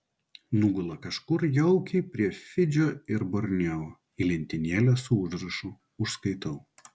nugula kažkur jaukiai prie fidžio ir borneo į lentynėlę su užrašu užskaitau